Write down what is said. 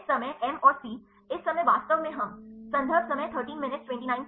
इस समय मी और सी इस समय वास्तव में हम संदर्भ समय 1329